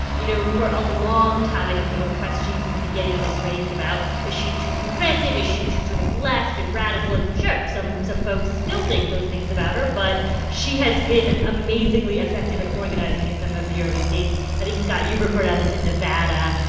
you know, for a long time, i think there were questions at the beginning of this race about, is she too progressive? is she too sort of left and radical? and sure, some some folks still think those things about her. but she has been amazingly effective at organizing in some of the early states. i think, scott, you reported on this in nevada,